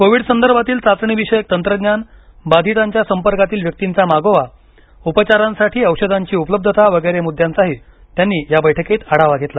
Covid संदर्भातील चाचणी विषयक तंत्रज्ञान बाधितांच्या संपर्कातील व्यक्तींचा मागोवा उपचारांसाठी औषधांची उपलब्धता वगैरे मुद्द्यांचाही त्यांनी या बैठकीत आढावा घेतला